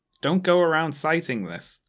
don't go around citing this.